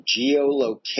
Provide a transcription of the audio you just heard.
geolocation